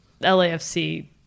LAFC